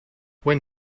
when